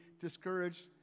discouraged